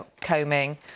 combing